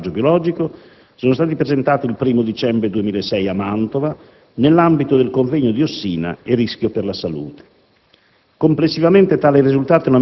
I risultati di tale monitoraggio biologico sono stati presentati il 1° dicembre 2006 a Mantova, nell'ambito del convegno «Diossina e rischio per la salute».